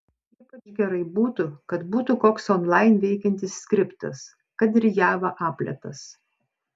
ypač gerai būtų kad būtų koks onlain veikiantis skriptas kad ir java apletas